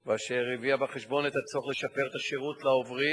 והובא בו בחשבון הצורך לשפר את השירות לעוברים